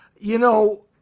you know,